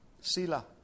Sila